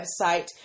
website